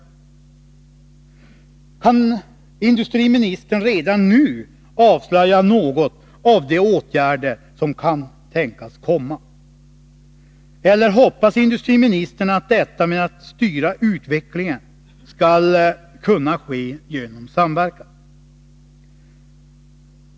Kan industriministern redan nu avslöja något av de åtgärder som kan tänkas komma eller hoppas industriministern att detta med att styra utvecklingen skall kunna ske genom samverkan?